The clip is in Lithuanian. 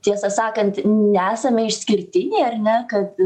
tiesą sakant nesame išskirtiniai ar ne kad